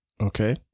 Okay